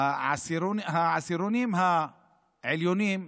העשירונים העליונים,